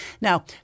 now